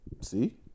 see